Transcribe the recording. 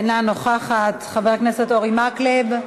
אינה נוכחת, חבר הכנסת אורי מקלב,